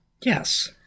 yes